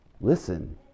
Listen